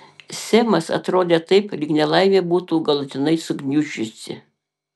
semas atrodė taip lyg nelaimė būtų galutinai sugniuždžiusi